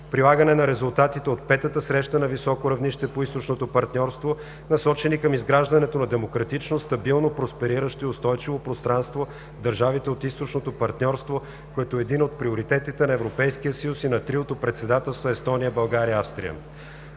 прилагане на резултатите от Петата среща на високо равнище по Източното партньорство, насочени към изграждането на демократично, стабилно, проспериращо и устойчиво пространство в държавите от Източното партньорство, като един от приоритетите на Европейския съюз и на триото председателства – Естония, България, Австрия.